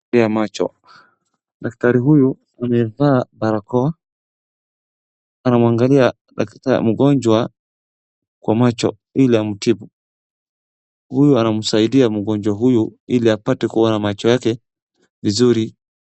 Ya macho, daktari huyu amevaa barakoa anamwangalia mgonjwa kwa macho. Huyu anamsaidia mgonjwa huyu ili apate kuona macho yake vizuri.